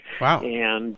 Wow